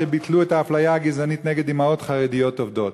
שביטלו את האפליה הגזענית נגד אימהות חרדיות עובדות.